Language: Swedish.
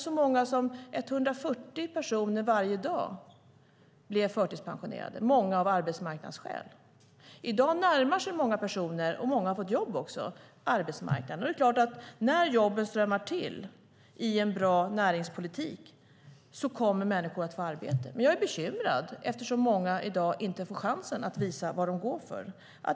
Så många som 140 personer blev förtidspensionerade varje dag, många av arbetsmarknadsskäl. I dag närmar sig många personer arbetsmarknaden och många har också fått jobb. Det är klart att när jobben strömmar till i en bra näringspolitik kommer människor att få arbete. Men jag är bekymrad eftersom många i dag inte får chansen att visa vad de går för.